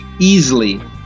easily